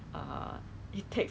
ya east east